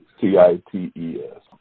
T-I-T-E-S